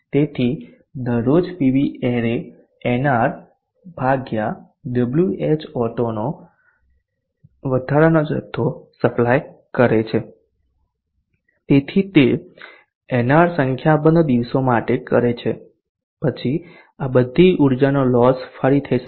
તેથી દરરોજ PV array nr ભાગ્યા Whauto નો વધારાનો જથ્થો સપ્લાય કરે છેતેથી તે nr સંખ્યાબંધ દિવસો માટે કરે છે પછી આ બધી ઊર્જાનો લોસ ફરી થઈ શકે